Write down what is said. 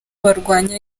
barwanya